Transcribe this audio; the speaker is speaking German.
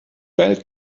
bellt